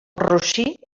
rossí